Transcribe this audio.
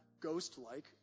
ghost-like